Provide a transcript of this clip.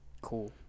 Cool